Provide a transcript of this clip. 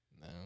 No